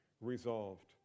resolved